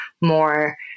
more